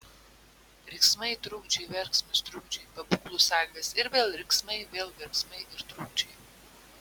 riksmai trukdžiai verksmas trukdžiai pabūklų salvės ir vėl riksmai vėl verksmai ir trukdžiai